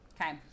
Okay